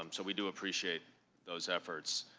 um so we do appreciate those efforts.